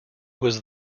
was